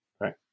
right